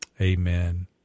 Amen